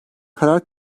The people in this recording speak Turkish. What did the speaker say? karar